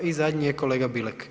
I zadnji je kolega Bilek.